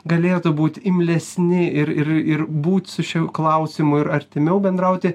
galėtų būti imlesni ir ir ir būt su šiuo klausimu ir artimiau bendrauti